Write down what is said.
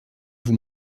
vous